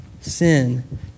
sin